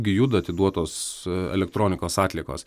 gi juda atiduotos elektronikos atliekos